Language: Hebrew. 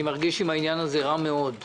מרגיש עם העניין הזה רע מאוד מאוד.